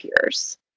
peers